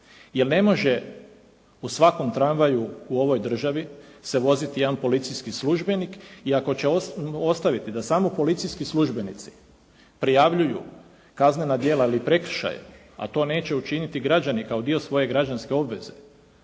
jer ne može u svakom tramvaju u ovoj državi se voziti jedan policijski službenik i ako će ostaviti da samo policijski službenici prijavljuju kaznena djela ili prekršaj, a to neće učiniti građani kao dio svoje građanske obveze,